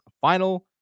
final